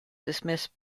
dismissed